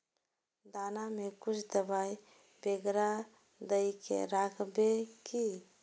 दाना में कुछ दबाई बेगरा दय के राखबे की?